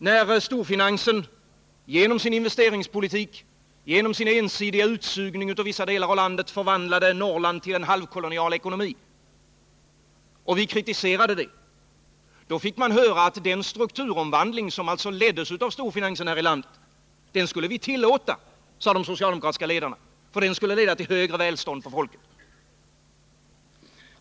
När storfinansen genom sin investeringspolitik och sin ensidiga utsugning av vissa delar av landet förvandlade Norrland till en landsdel med halvkolonial ekonomi och vpk kritiserade detta, fick vi höra att den strukturomvandling av landet som storfinansen ville ha, den skulle vi tillåta för den skulle leda till ökat välstånd.